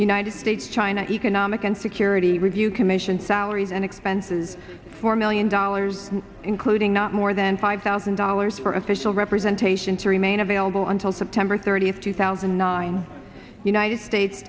united states china economic and security review commission salaries and expenses four million dollars including not more than five thousand dollars for official representation to remain available until september thirtieth two thousand and nine united states